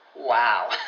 Wow